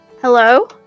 hello